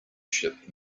ship